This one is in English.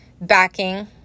backing